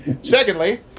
Secondly